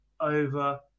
over